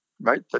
right